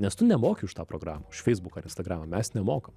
nes tu nemoki už tą programą už feisbuką ar instagramą mes nemokam